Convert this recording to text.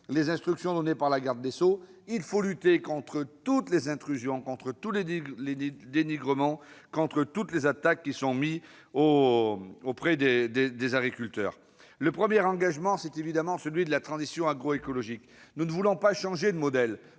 aux instructions données par la garde des sceaux pour lutter contre toutes les intrusions, contre le dénigrement, contre toutes les attaques dont font l'objet les agriculteurs. Le premier engagement, c'est évidemment celui de la transition agroécologique. Nous ne voulons pas changer de modèle,